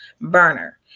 burner